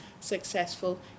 successful